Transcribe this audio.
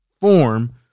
form